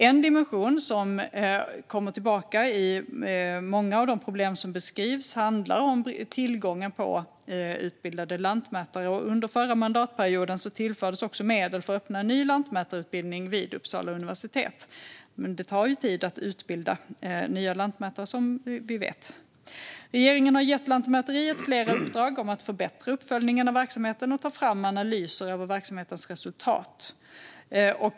En dimension som kommer tillbaka när det gäller många av de problem som beskrivs handlar om tillgången på utbildade lantmätare. Under förra mandatperioden tillfördes också medel för att öppna en ny lantmätarutbildning vid Uppsala universitet. Men det tar en tid att utbilda nya lantmätare, som vi vet. Regeringen har gett Lantmäteriet flera uppdrag som handlar om att förbättra uppföljningen av verksamheten och ta fram analyser av verksamhetens resultat.